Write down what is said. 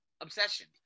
Obsession